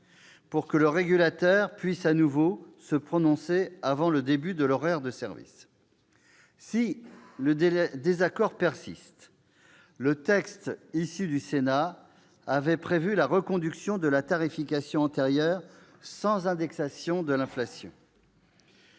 pour que le régulateur puisse à nouveau se prononcer avant le début de l'horaire de service. En cas de persistance du désaccord, le texte issu des travaux du Sénat avait prévu la reconduction de la tarification antérieure sans indexation sur l'inflation.